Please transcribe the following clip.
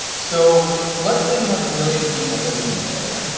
so let's say you have a million people living in an area.